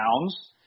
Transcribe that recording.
pounds